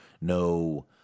No